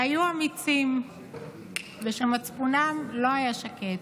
שהיו אמיצים ושמצפונם לא היה שקט,